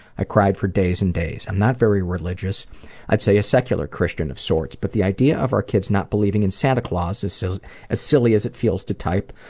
i cried for days and days. i'm not very religious i'd say a secular christian of sorts but the idea of our kids not believing in santa claus, as so as silly as it feels to type,